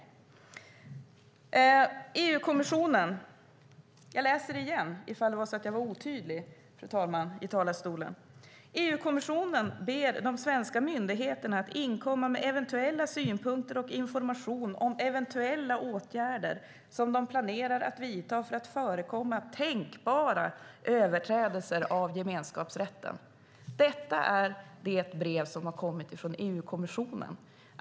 Angående EU-kommissionen läser jag en gång till om det var så att jag var otydlig i talarstolen: EU-kommissionen ber de svenska myndigheterna att inkomma med eventuella synpunkter och information om eventuella åtgärder som de planerar att vidta för att förekomma tänkbara överträdelser av gemenskapsrätten. Detta är det brev som har kommit från EU-kommissionen.